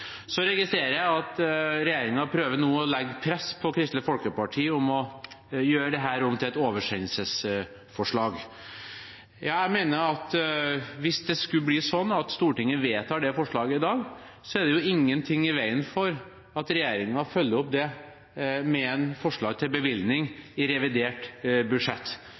Så registrerer jeg at regjeringen nå prøver å legge press på Kristelig Folkeparti om å gjøre dette om til et oversendelsesforslag. Jeg mener at hvis det skulle bli sånn at Stortinget vedtar det forslaget i dag, er det ingenting i veien for at regjeringen følger opp det med forslag til bevilgning i revidert budsjett.